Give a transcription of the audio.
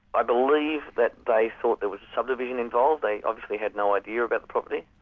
i believe that they thought there was subdivision involved. they obviously had no idea about the property,